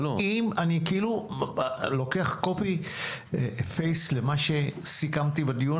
אם אני לוקח קופי-פייסט למה שסיכמתי בדיון